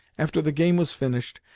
after the game was finished,